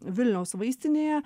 vilniaus vaistinėje